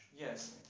Yes